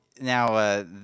now